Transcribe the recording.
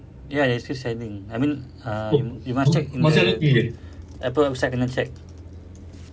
ya they are still selling I mean um you must check you must check takpe ah ustaz tengah check